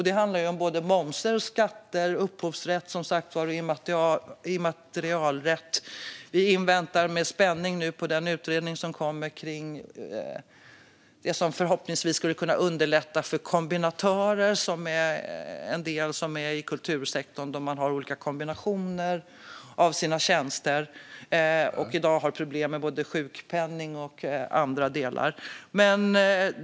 Det handlar om både moms, skatter, upphovsrätt och immaterialrätt. Vi inväntar med spänning den utredning som kommer om det som förhoppningsvis skulle kunna underlätta för kombinatörer inom kultursektorn, som kombinerar sina tjänster på olika sätt. De har i dag problem med både sjukpenning och annat.